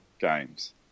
games